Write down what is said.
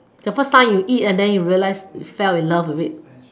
the first you eat then you realised you fell in love with it